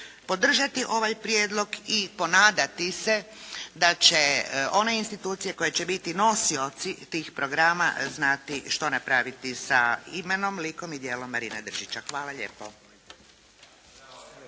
podržati ovaj prijedlog i ponadati se da će one institucije koje će biti nosioci tih programa znati što napraviti sa imenom, likom i djelom Marina Držića. Hvala lijepo.